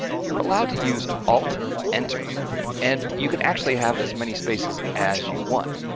you're allowed to use alt enter and you can actually have as many spaces as you want.